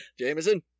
Jameson